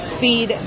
feed